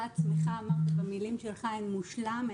אתה בעצמך אמרת במילים שלך שאין מושלם,